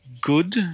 good